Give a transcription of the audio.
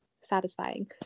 satisfying